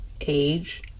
age